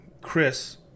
Chris